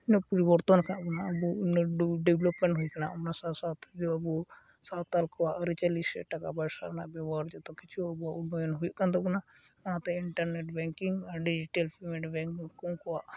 ᱩᱱᱟᱹᱜ ᱯᱚᱨᱤ ᱵᱚᱨᱛᱚᱱ ᱟᱠᱟᱫ ᱵᱚᱱᱟ ᱩᱱᱟᱹᱜ ᱰᱮᱵᱞᱳᱵ ᱟᱠᱟᱱ ᱦᱩᱭᱟᱠᱟᱱ ᱚᱱᱟ ᱥᱟᱶ ᱥᱟᱶᱛᱮ ᱛᱮᱜᱮ ᱟᱵᱚ ᱥᱟᱶᱛᱟᱞ ᱠᱚᱣᱟᱜ ᱟᱹᱨᱤ ᱪᱟᱹᱞᱤ ᱥᱮ ᱮᱴᱟᱜᱟᱜ ᱵᱟᱨᱥᱟ ᱨᱮᱱᱟᱜ ᱵᱮᱵᱚᱦᱟᱨ ᱡᱚᱛᱚ ᱠᱤᱪᱷᱩ ᱟᱵᱚᱣᱟᱜ ᱩᱱᱱᱚᱭᱚᱱ ᱦᱩᱭᱩᱜ ᱠᱟᱱ ᱛᱟᱵᱚᱱᱟ ᱚᱱᱟᱛᱮ internet banking digital payment bank ᱩᱱᱠᱩ ᱩᱱᱠᱩᱣᱟᱜ